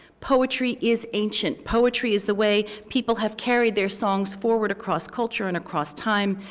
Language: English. poetry is ancient. poetry is the way people have carried their songs forward across culture and across time,